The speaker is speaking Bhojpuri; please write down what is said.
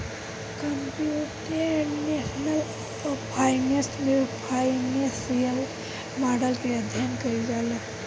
कंप्यूटेशनल फाइनेंस में फाइनेंसियल मॉडल के अध्ययन कईल जाला